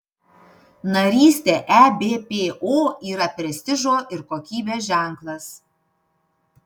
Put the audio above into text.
narystė ebpo yra prestižo ir kokybės ženklas